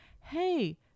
hey